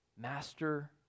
master